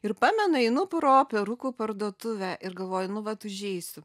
ir pamenu einu pro perukų parduotuvę ir galvoju nu vat užeisiu